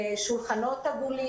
בשולחנות עגולים.